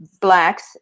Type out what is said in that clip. blacks